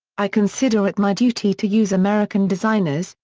i consider it my duty to use american designers,